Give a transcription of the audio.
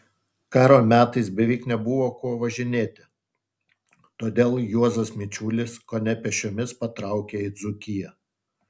karo metais beveik nebuvo kuo važinėti todėl juozas mičiulis kone pėsčiomis patraukė į dzūkiją